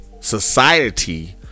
Society